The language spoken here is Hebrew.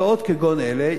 ועוד כגון אלה.